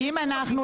אם אנחנו,